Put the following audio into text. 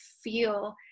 feel